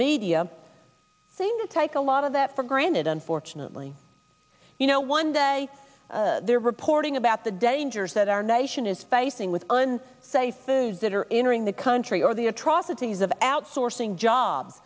media seem to take a lot of that for granted unfortunately you know one day they're reporting about the dangers that our nation is facing with and safe issues that are entering the country or the atrocities of outsourcing job